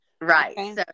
Right